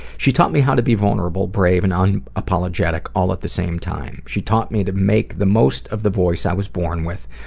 she taught me how to be vulnerable, brave and unapologetic all at the same time. she taught me to make the most of the voice i was born with,